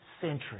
century